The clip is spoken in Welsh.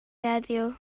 heddiw